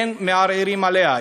אין מערערים עליה,